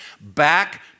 Back